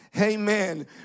Amen